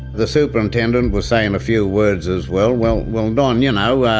the superintendent was saying a few words as well. well, well, don, you know,